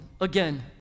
Again